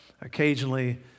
occasionally